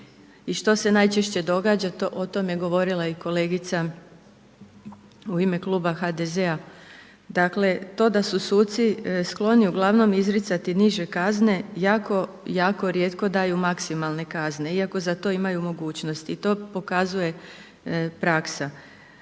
i što se najčešće događa? O tom je govorila i kolegica u ime Kluba HDZ-a, dakle to da su suci skloni uglavnom izricati niže kazne, jako, jako rijetko daju maksimalne kazne iako za to imaju mogućnost. I to pokazuje praksa.